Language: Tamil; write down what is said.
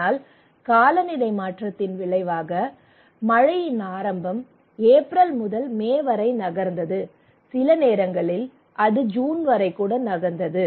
ஆனால் காலநிலை மாற்றத்தின் விளைவாக மழையின் ஆரம்பம் ஏப்ரல் முதல் மே வரை நகர்ந்தது சில நேரங்களில் அது ஜூன் வரை கூட நகர்ந்தது